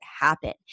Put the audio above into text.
happen